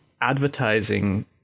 advertising